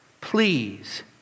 please